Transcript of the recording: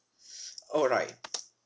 all right